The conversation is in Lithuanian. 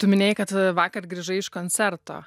tu minėjai kad vakar grįžai iš koncerto